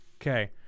Okay